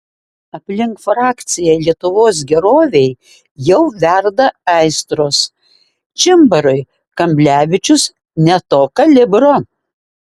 aplink frakciją lietuvos gerovei jau verda aistros čimbarui kamblevičius ne to kalibro